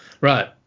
Right